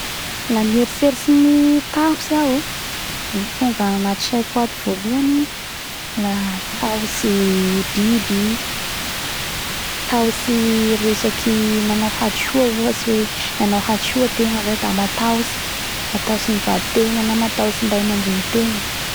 La mieritseritsy ny tahotsy iaho da ny tonga anaty saiko voalohany la tahotsy biby tahotsy resaky nanao hadisoa nanao hadisoa tegna zay da matahotsy vaditegna na mataotsy ny ray amandrenitegna